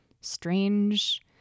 strange